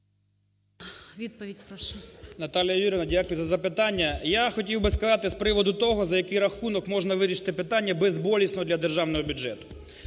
Наталія Юріївна, дякую за запитання. Я хотів би сказати з приводу того, за який рахунок можна вирішити питання безболісно для державного бюджету.